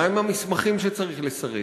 מהם המסמכים שצריך לצרף,